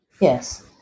Yes